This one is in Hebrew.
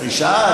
את אישה,